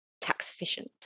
tax-efficient